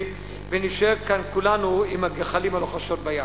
ונישאר כאן כולנו עם הגחלים הלוחשות ביד.